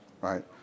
Right